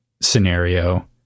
scenario